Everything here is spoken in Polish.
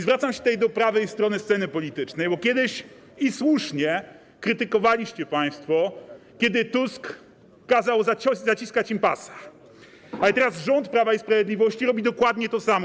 Zwracam się tutaj do prawej strony sceny politycznej, bo kiedyś - i słusznie - krytykowaliście państwo, kiedy Tusk kazał zaciskać im pasa, ale teraz rząd Prawa i Sprawiedliwości robi dokładnie to samo.